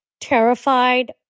terrified